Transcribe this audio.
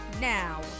Now